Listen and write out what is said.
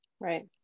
right